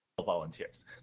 volunteers